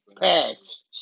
Pass